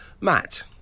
Matt